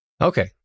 Okay